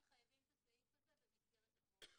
למה חייבים את הסעיף הזה במסגרת החוק?